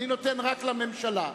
אני נותן רק לממשלה.